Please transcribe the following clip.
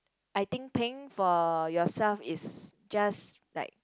I think pink for yourself is just like